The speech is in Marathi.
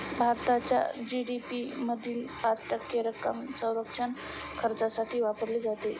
भारताच्या जी.डी.पी मधील पाच टक्के रक्कम संरक्षण खर्चासाठी वापरली जाते